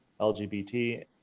LGBT